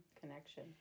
connection